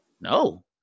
No